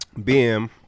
BM